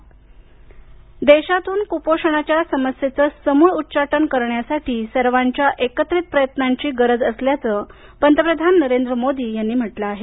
पंतप्रधान पोषण देशातून कुपोषणाच्या समस्येचं समूळ उच्चाटन करण्यासाठी सर्वांच्या एकत्रित प्रयत्नांची गरज असल्याचं पंतप्रधान नरेंद्र मोदी यांनी म्हटलं आहे